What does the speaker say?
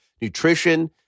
nutrition